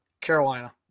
Carolina